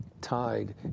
tied